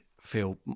feel